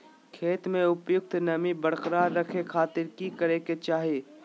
खेत में उपयुक्त नमी बरकरार रखे खातिर की करे के चाही?